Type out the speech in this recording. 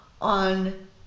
on